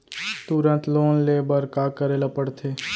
तुरंत लोन ले बर का करे ला पढ़थे?